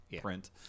print